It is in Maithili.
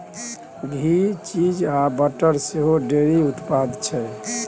घी, चीज आ बटर सेहो डेयरी उत्पाद छै